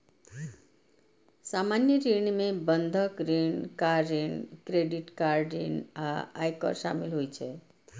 सामान्य ऋण मे बंधक ऋण, कार ऋण, क्रेडिट कार्ड ऋण आ आयकर शामिल होइ छै